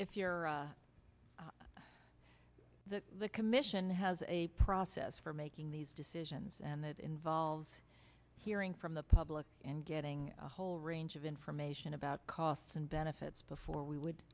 if you're that the commission has a process for making these decisions and that involves hearing from the public and getting a whole range of information about costs and benefits before we would